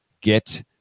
get